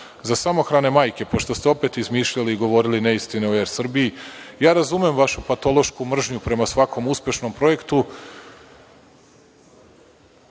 samohrane majke, pošto ste opet izmišljali govorili neistine o Er Srbiji, ja razumem vašu patološku mržnju prema svakom uspešnom projektu,